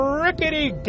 rickety